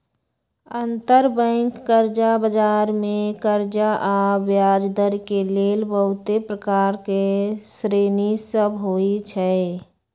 अंतरबैंक कर्जा बजार मे कर्जा आऽ ब्याजदर के लेल बहुते प्रकार के श्रेणि सभ होइ छइ